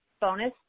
bonus